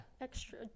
extra